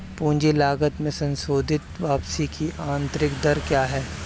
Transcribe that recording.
पूंजी लागत में संशोधित वापसी की आंतरिक दर क्या है?